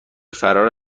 فرار